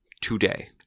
today